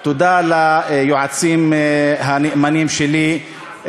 תודה ליועצים הנאמנים שלי,